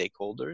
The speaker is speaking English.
stakeholders